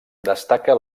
destaca